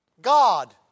God